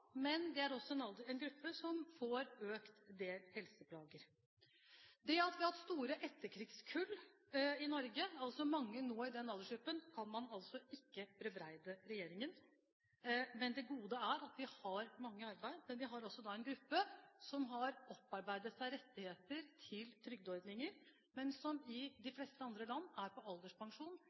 Men det er også en gruppe som får økte helseplager. Det at vi har hatt store etterkrigskull i Norge, altså mange nå i den aldersgruppen, kan man ikke bebreide regjeringen for. Det gode er at vi har mange i arbeid. Men vi har også en gruppe som har opparbeidet seg rettigheter til trygdeordninger, og som i de fleste andre land er på alderspensjon